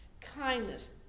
kindness